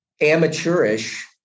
amateurish